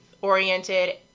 oriented